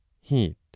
heat